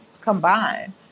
combined